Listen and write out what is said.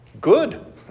good